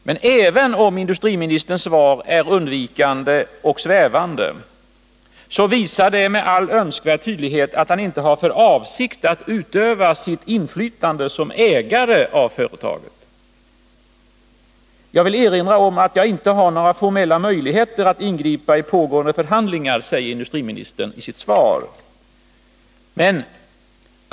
Men även om industriministerns svar är undvikande och svävande, så visar det med all önskvärd tydlighet att han inte har för avsikt att utöva sitt inflytande som ägare av företaget. ”Jag vill erinra om att jag inte har några formella möjligheter att ingripa i pågående förhandlingar”, säger industriministern i sitt svar.